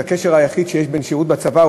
זה הקשר היחיד שיש בין שירות בצבא,